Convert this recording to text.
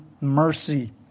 mercy